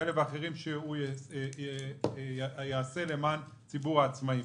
כאלה ואחרים שיעשה למען ציבור העצמאים.